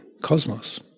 cosmos